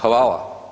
Hvala.